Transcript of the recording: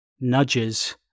nudges